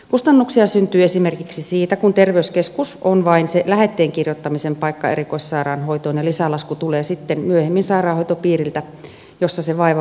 kustannuksia syntyy esimerkiksi siitä kun terveyskeskus on vain se paikka jossa kirjoitetaan lähete erikoissairaanhoitoon ja lisälasku tulee sitten myöhemmin sairaanhoitopiiriltä jossa se vaiva varsinaisesti hoidetaan